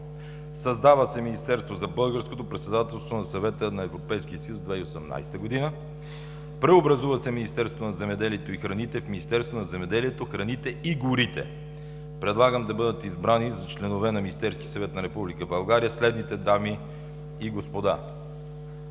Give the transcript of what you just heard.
Създава се Министерство за българското председателство на Съвета на Европейския съюз – 2018 г., преобразува се Министерството на земеделието и храните в Министерство на земеделието, храните и горите. Предлагам да бъдат избрани за членове на Министерския съвет на Република България следните дами и господа: